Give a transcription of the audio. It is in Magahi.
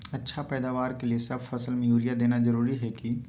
अच्छा पैदावार के लिए सब फसल में यूरिया देना जरुरी है की?